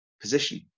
position